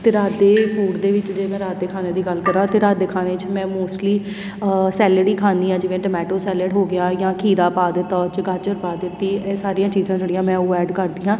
ਅਤੇ ਰਾਤ ਦੇ ਫੂਡ ਦੇ ਵਿੱਚ ਜੇ ਮੈਂ ਰਾਤ ਦੇ ਖਾਣੇ ਦੀ ਗੱਲ ਕਰਾਂ ਤਾਂ ਰਾਤ ਦੇ ਖਾਣੇ 'ਚ ਮੈਂ ਮੋਸਟਲੀ ਸੈਲਿਡ ਹੀ ਖਾਂਦੀ ਹਾਂ ਜਿਵੇਂ ਟਮੈਟੋਸ ਸੈਲਿਡ ਹੋ ਗਿਆ ਜਾਂ ਖੀਰਾ ਪਾ ਦਿੱਤਾ ਉਹਦੇ 'ਚ ਗਾਜਰ ਪਾ ਦਿੱਤੀ ਇਹ ਸਾਰੀਆਂ ਚੀਜ਼ਾਂ ਜਿਹੜੀਆਂ ਮੈਂ ਉਹ ਐਡ ਕਰਦੀ ਹਾਂ